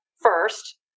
first